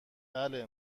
بله